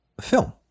film